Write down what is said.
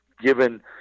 given